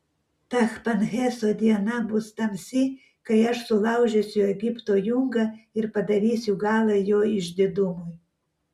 tachpanheso diena bus tamsi kai aš sulaužysiu egipto jungą ir padarysiu galą jo išdidumui